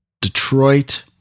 Detroit